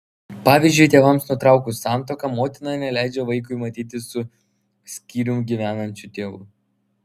pavyzdžiui tėvams nutraukus santuoką motina neleidžia vaikui matytis su skyrium gyvenančiu tėvu